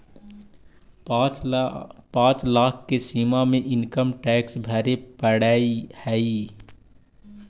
पाँच लाख के सीमा में इनकम टैक्स भरे पड़ऽ हई